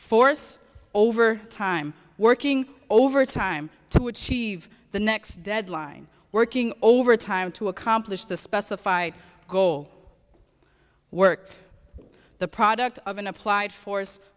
force over time working overtime to achieve the next deadline working overtime to accomplish the specified goal work the product of an applied for